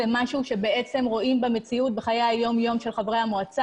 זה משהו שבעצם רואים במציאות בחיי היום יום של חברי המועצה,